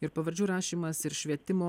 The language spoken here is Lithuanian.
ir pavardžių rašymas ir švietimo